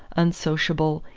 unsociable,